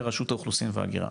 לרשות האוכלוסין וההגירה,